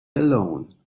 alone